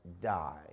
die